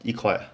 一会